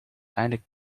eindelijk